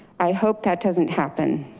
i hope that doesn't happen.